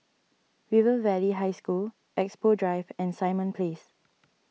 River Valley High School Expo Drive and Simon Place